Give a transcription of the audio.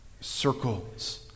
circles